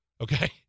Okay